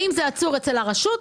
-- זה עצור אצל הרשות?